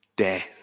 death